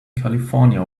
california